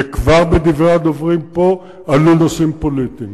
וכבר בדברי הדוברים פה עלו נושאים פוליטיים,